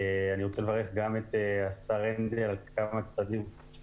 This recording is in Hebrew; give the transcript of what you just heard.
אני רוצה לברך גם את השר יועז הנדל על הצעדים שהוא